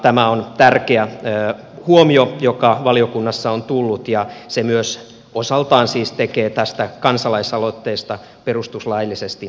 tämä on tärkeä huomio joka valiokunnassa on tullut ja se myös osaltaan siis tekee tästä kansalaisaloitteesta perustuslaillisesti ongelmallisen